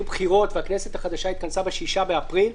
בחירות והכנסת החדשה התכנסה ב-6 באפריל,